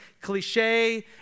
cliche